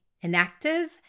inactive